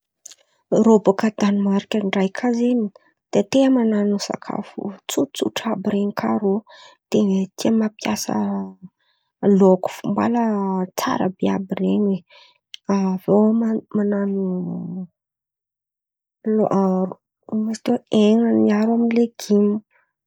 Rô bòka Danmarka ndray kà zen̈y, de tia manano sakafo tsotsotra àby ren̈y kà rô. De tia mampiasa laoko mbala tsara be àby ren̈y. Aviô man- manano laoko ino ma izy tiô? Hena miaro amy legioma.